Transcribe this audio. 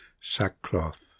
sackcloth